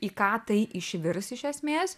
į ką tai išvirs iš esmės